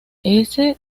ese